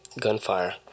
gunfire